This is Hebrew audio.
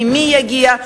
ממי יגיע?